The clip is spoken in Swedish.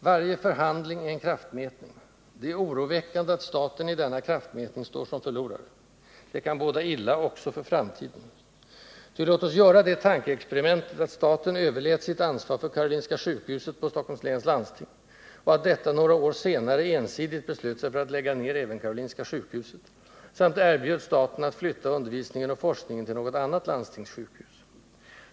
Varje förhandling är en kraftmätning. Det är oroväckande att staten i denna kraftmätning står som förlorare. Det kan båda illa också för framtiden. Ty, låt oss göra det tankeexperimentet att staten överlät sitt ansvar för Karolinska sjukhuset på Stockholms läns landsting, och att detta några år senare ensidigt beslöt sig för att lägga ned även Karolinska sjukhuset, samt erbjöd staten att flytta undervisningen och forskningen till något annat landstingssjukhus.